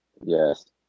Yes